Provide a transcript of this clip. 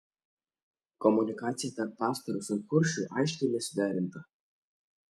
komunikacija tarp pastoriaus ir kuršių aiškiai nesuderinta